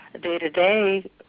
day-to-day